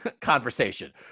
conversation